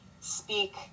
speak